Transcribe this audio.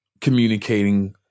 communicating